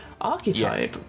archetype